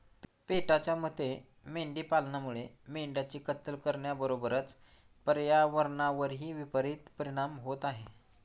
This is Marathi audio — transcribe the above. पेटाच्या मते मेंढी पालनामुळे मेंढ्यांची कत्तल करण्याबरोबरच पर्यावरणावरही विपरित परिणाम होत आहे